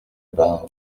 barre